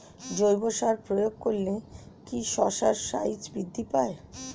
জৈব সার প্রয়োগ করলে কি শশার সাইজ বৃদ্ধি পায়?